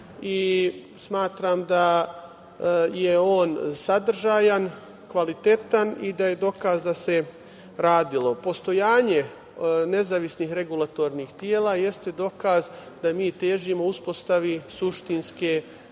i smatram da je on sadržajan, kvalitetan i da je dokaz da se radilo. Postojanje nezavisnih regulatornih tela jeste dokaz da mi težimo uspostavi suštinske